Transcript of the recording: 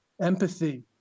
empathy